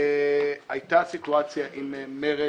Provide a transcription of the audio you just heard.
הייתה סיטואציה עם מרצ